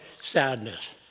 sadness